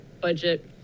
budget